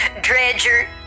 Dredger